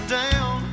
down